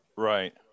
right